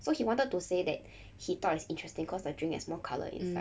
so he wanted to say that he thought it's interesting cause the drink has more colour inside